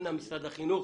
אנא משרד החינוך,